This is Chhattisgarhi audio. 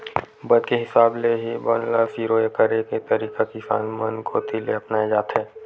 बन के हिसाब ले ही बन ल सिरोय करे के तरीका किसान मन कोती ले अपनाए जाथे